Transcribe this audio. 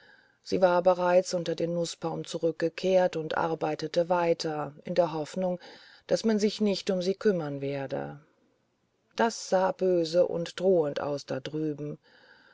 sie war bereits unter den nußbaum zurückgekehrt und arbeitete weiter in der hoffnung daß man sich nicht um sie kümmern werde das sah bös und drohend aus da drüben